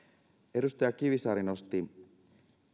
edustaja kivisaari nosti